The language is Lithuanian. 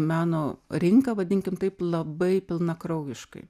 meno rinką vadinkim taip labai pilnakraujiškai